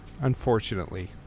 Unfortunately